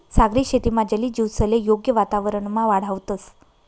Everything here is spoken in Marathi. सागरी शेतीमा जलीय जीवसले योग्य वातावरणमा वाढावतंस